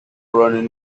running